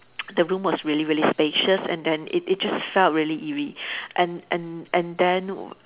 the room was really really spacious and then it it just felt really eerie and and and then